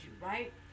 right